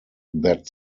that